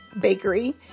Bakery